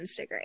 Instagram